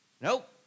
Nope